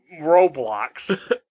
Roblox